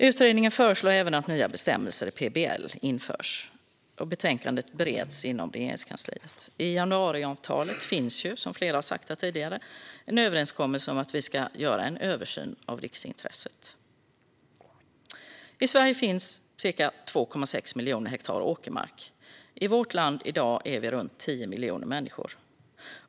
Utredningen föreslår även att nya bestämmelser i PBL införs. Betänkandet bereds inom Regeringskansliet. I januariavtalet finns ju, som flera har sagt här tidigare, en överenskommelse om att vi ska göra en översyn av riksintresset. I Sverige finns ca 2,6 miljoner hektar åkermark. I vårt land i dag är vi runt 10 miljoner människor.